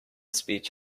speech